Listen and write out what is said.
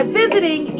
visiting